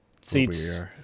Seats